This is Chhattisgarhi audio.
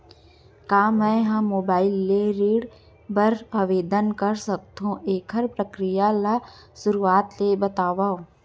का मैं ह मोबाइल ले ऋण बर आवेदन कर सकथो, एखर प्रक्रिया ला शुरुआत ले बतावव?